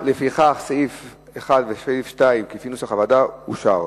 סעיף 1 וסעיף 2, לפי נוסח הוועדה, אושרו.